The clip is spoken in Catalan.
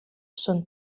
són